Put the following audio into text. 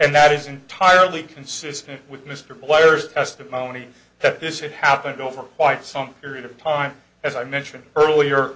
and that is entirely consistent with mr blair's testimony that this had happened over quite some period of time as i mentioned earlier